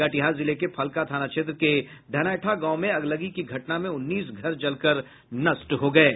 कटिहार जिले के फलका थाना क्षेत्र के धनैठा गांव में अगलगी की घटना में उन्नीस घर जलकर नष्ट हो गये